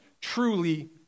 truly